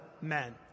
men